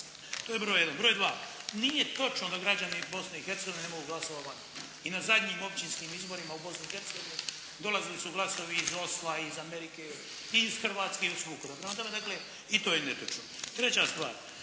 To je broj jedan. Broj dva. Nije točno da građani Bosne i Hercegovine ne mogu glasovati vani. I na zadnjim općinskim izborima u Bosni i Hercegovini dolazili su glasovi iz Osla, iz Amerike i iz Hrvatske i od svukuda. Prema tome, dakle i to je netočno. Treća stvar.